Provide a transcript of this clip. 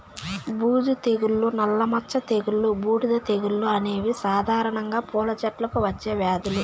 బూజు తెగులు, నల్ల మచ్చ తెగులు, బూడిద తెగులు అనేవి సాధారణంగా పూల చెట్లకు వచ్చే వ్యాధులు